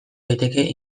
daiteke